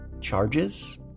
charges